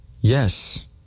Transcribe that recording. Yes